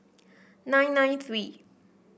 nine nine three